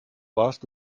warst